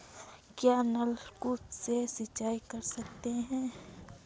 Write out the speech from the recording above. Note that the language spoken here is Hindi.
क्या नलकूप से सिंचाई कर सकते हैं?